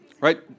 Right